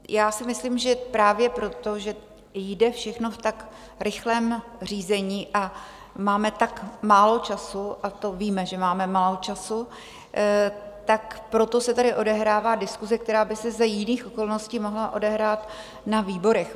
Já si myslím, že právě proto, že jde všechno v tak rychlém řízení a máme tak málo času, a to víme, že máme málo času, tak proto se tady odehrává diskuse, která by se za jiných okolností mohla odehrát na výborech.